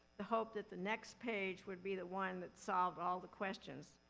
the hope that the next page would be the one that solved all the questions.